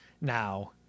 Now –